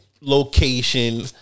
location